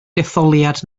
detholiad